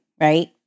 Right